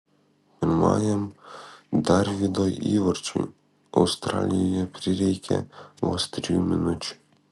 pirmajam darvydo įvarčiui australijoje prireikė vos trijų minučių